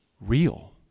real